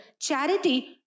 charity